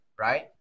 right